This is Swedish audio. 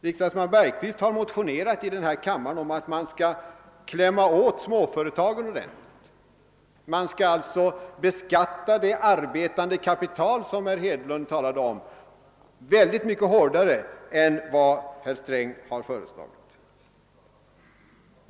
Riksdagsman Bergqvist har motionerat om att man skall klämma åt småföretagen ordentligt. Man skall alltså beskatta det arbetande kapital, som herr Hedlund talade om, mycket hårdare än vad herr Sträng har föreslagit.